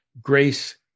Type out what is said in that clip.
Grace